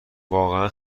واقعا